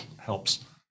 helps